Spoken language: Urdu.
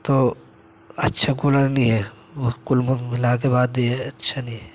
تو اچھا کولر نہیں ہے وہ کل ملا کے بات یہ اچھا نہیں ہے